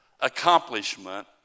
accomplishment